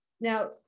Now